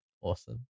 awesome